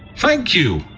thank you!